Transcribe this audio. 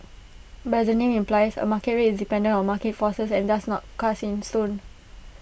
but the name implies A market rate is dependent on market forces and thus not cast in stone